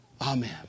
Amen